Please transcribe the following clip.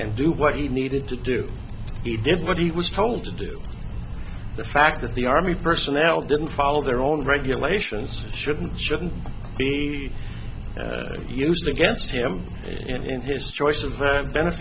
and do what he needed to do he did what he was told to do the fact that the army personnel didn't follow their own regulations shouldn't shouldn't be used against him in his choice of